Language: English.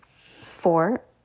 four